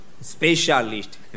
specialist